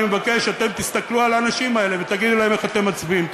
אני מבקש שתסתכלו על האנשים האלה ותגידו להם איך אתם מצביעים.